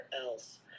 else